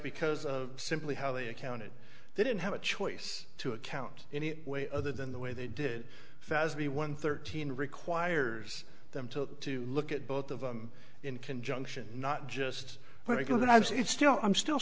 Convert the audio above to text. because of simply how they accounted they didn't have a choice to account any way other than the way they did the one thirteen requires them to to look at both of them in conjunction not just let it go when i was it still i'm still